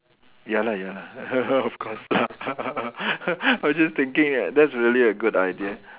ya lah ya lah of course lah I was just thinking uh that's really a good idea